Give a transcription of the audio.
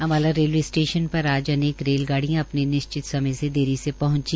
Ambala railway station पर आज अनेक रेलगाड़िय़ां अपने निश्चित समय से देरी से पहंची